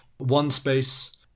OneSpace